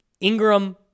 Ingram